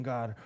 God